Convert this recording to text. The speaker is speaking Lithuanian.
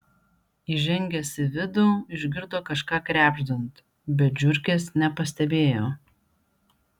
įžengęs į vidų išgirdo kažką krebždant bet žiurkės nepastebėjo